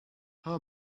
how